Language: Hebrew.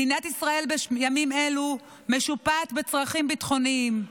מדינת ישראל בימים אלו משופעת בצרכים ביטחוניים.